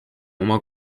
oma